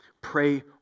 Pray